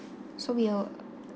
so we will